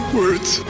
words